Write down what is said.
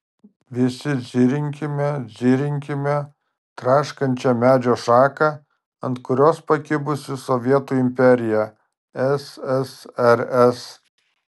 visi dzirinkime dzirinkime traškančią medžio šaką ant kurios pakibusi sovietų imperija ssrs